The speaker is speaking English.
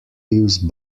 use